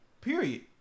Period